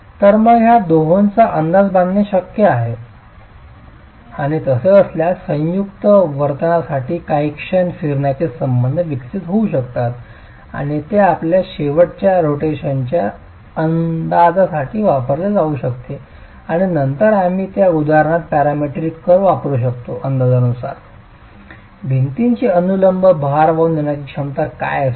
तर मग या दोहोंचा अंदाज बांधणे शक्य आहे आणि तसे असल्यास संयुक्त वर्तनासाठी काही क्षण फिरण्याचे संबंध विकसित होऊ शकतात आणि ते आपल्या शेवटच्या रोटेशनच्या अंदाजासाठी वापरले जाऊ शकते आणि नंतर आम्ही त्या उदाहरणात पॅरामीट्रिक कर्व्ह वापरु शकतो अंदाजानुसार भिंतीची अनुलंब भार वाहून नेण्याची क्षमता काय असेल